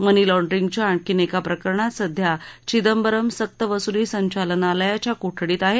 मनी लाँड्रिंगच्या आणखी एका प्रकरणात सध्या चिदंबरम सक्तवसुली संचालनालयाच्या कोठडीत आहेत